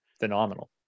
phenomenal